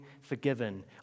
forgiven